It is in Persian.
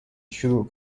شروع